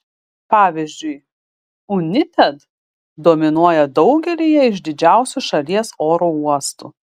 pavyzdžiui united dominuoja daugelyje iš didžiausių šalies oro uostų